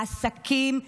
העסקים נסגרים,